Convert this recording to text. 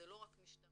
זה לא רק משטרה,